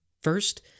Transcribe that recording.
First